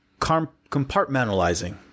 Compartmentalizing